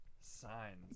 Signs